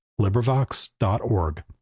LibriVox.org